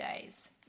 days